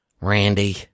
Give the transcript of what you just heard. Randy